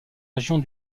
régions